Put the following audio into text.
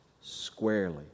squarely